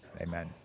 amen